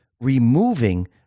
removing